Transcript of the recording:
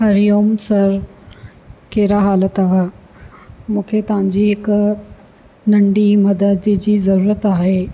हरिओम sir कहिड़ा हालु अथव मूंखे तव्हांजी हिकु नंढी मदद जी ज़रूरत आहे